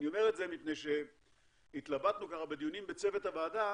אני אומר את זה מפני שהתלבטנו בדיונים בצוות הוועדה